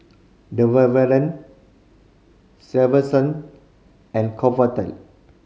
Selsun and Convatec